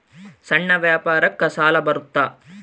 ಸಣ್ಣ ವ್ಯಾಪಾರಕ್ಕ ಸಾಲ ಬರುತ್ತಾ?